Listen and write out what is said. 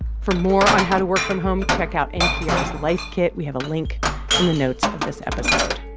for more on how to work from home, check out npr's life kit. we have a link in the notes of this episode.